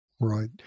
Right